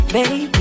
Baby